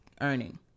earning